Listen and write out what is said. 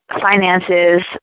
finances